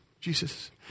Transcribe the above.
Jesus